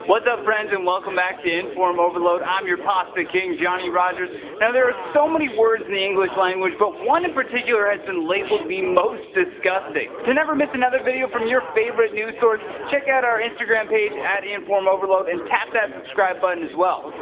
whats up friends and welcome back to inform overload, im um your pasta king johnny rogers. there are so many words in the english language, but one, in particular, has been labeled the most disgusting. to never miss another video from your favorite news source check out our instagram page at inform overload and tap that subscribe button as well.